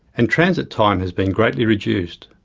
and transit time has been greatly reduced.